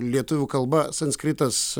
lietuvių kalba sanskritas